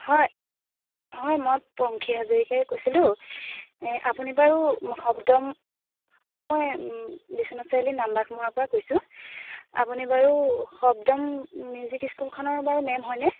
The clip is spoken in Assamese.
হয় হয় মই পংখী হাজৰিকাই কৈছিলোঁ এই আপুনি বাৰু শব্দম মই বিশ্বনাথ চাৰিআলি নাম বাঘমৰাৰ পৰা কৈছোঁ আপুনি বাৰু শব্দম মিউজিক স্কুলখনৰ বাৰু মেম হয়নে